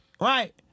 Right